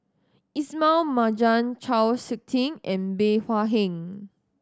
Ismail Marjan Chau Sik Ting and Bey Hua Heng